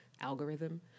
algorithm